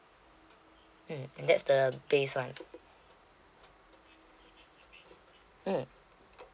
mm and that's the base one mm